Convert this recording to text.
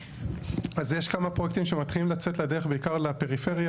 יש כמה פרויקטים שמתחילים לצאת בדרך בעיקר לפריפריה,